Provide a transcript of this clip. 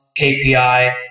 KPI